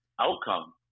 outcome